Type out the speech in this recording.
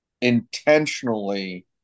intentionally –